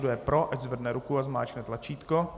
Kdo je pro, ať zvedne ruku a zmáčkne tlačítko.